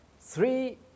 Three